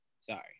sorry